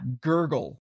gurgle